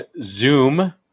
Zoom